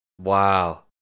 Wow